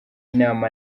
inama